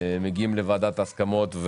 מגיעים לוועדת ההסכמות,